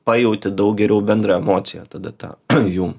pajauti daug geriau bendrą emociją tada tą jų